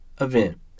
event